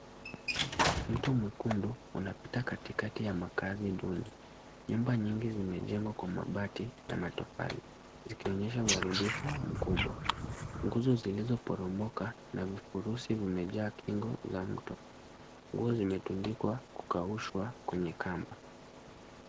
Mto mwekundu unapita katikati ya makazi duni. Nyumba nyingi zimejengwa kwa mabati na matofali zikionyesha uharibifu mkubwa. Nguzo zilizoporomoka na vifurusi zimejaa kingo za mto. Nguo zimetundikwa kukaushwa kwenye kamba.